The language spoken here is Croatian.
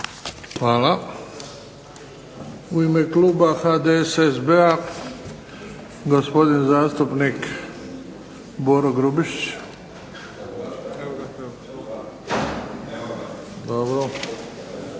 Hvala. U ime kluba HDSSB-a gospodin zastupnik Boro Grubišić.